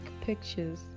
pictures